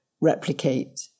replicate